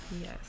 Yes